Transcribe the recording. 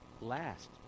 last